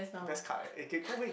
best card leh eh can go away